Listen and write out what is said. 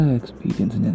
experience